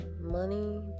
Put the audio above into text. money